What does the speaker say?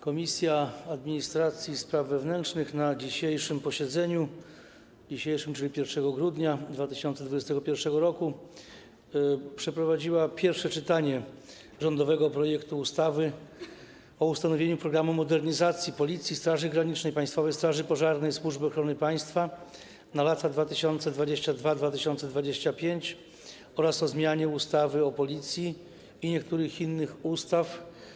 Komisja Administracji i Spraw Wewnętrznych na dzisiejszym posiedzeniu, czyli 1 grudnia 2021 r., przeprowadziła pierwsze czytanie rządowego projektu ustawy o ustanowieniu „Programu modernizacji Policji, Straży Granicznej, Państwowej Straży Pożarnej i Służby Ochrony Państwa na lata 2022-2025” oraz o zmianie ustawy o Policji i niektórych innych ustaw.